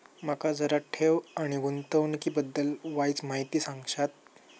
माका जरा ठेव आणि गुंतवणूकी बद्दल वायचं माहिती सांगशात?